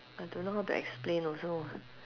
I don't know how to explain also